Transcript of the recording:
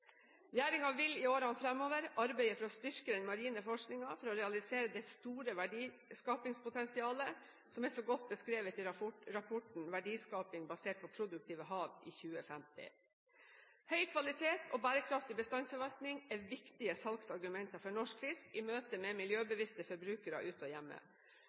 vil i årene fremover arbeide for å styrke den marine forskningen for å realisere det store verdiskapingspotensialet som er så godt beskrevet i rapporten «Verdiskaping basert på produktive hav i 2050». Høy kvalitet og bærekraftig bestandsforvaltning er viktige salgsargumenter for norsk fisk i møte med miljøbevisste forbrukere ute og hjemme.